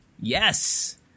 yes